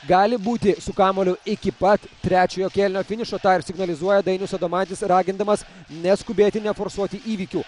gali būti su kamuoliu iki pat trečiojo kėlinio finišo tą ir signalizuoja dainius adomaitis ragindamas neskubėti neforsuoti įvykių